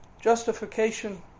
justification